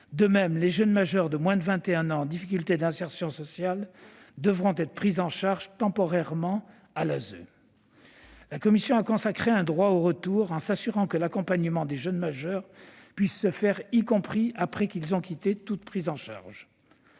De même, les jeunes majeurs de moins de 21 ans en difficulté d'insertion sociale devront être pris en charge temporairement par l'ASE. La commission a consacré un droit au retour en s'assurant que l'accompagnement des jeunes majeurs sera possible, y compris s'ils ne bénéficient plus d'une prise en charge.